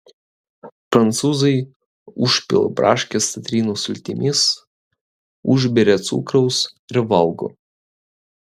prancūzai užpila braškes citrinų sultimis užberia cukraus ir valgo